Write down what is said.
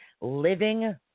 Living